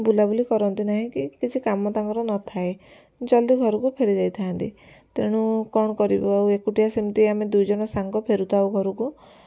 ବୁଲାବୁଲି କରନ୍ତି ନାହିଁ କି କିଛି କାମ ତାଙ୍କର ନଥାଏ ଜଲଦି ଘରକୁ ଫେରିଯାଇଥାଆନ୍ତି ତେଣୁ କ'ଣ କରିବି ଆଉ ଏକୁଟିଆ ସେମତି ଆମେ ଦୁଇଜଣ ସାଙ୍ଗ ଫେରିଥାଉ ଘରକୁ